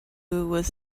was